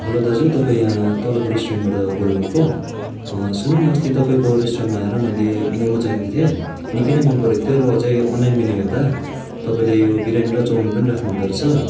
hello दाजु तपाईँ तलको रेस्टुरेन्टबाट बोल्नु भएको सुन्नु नि अस्ति तपाईँको रेस्टुरेन्टमा आएर मैले मोमो चाखेको थिएँ निकै नै मनपरेको थियो र अझै अनलाइन मेन्यू हेर्दा तपाईँले यो बिरयानी र चौमिन पनि राख्नुहुँदो रहेछ